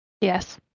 Yes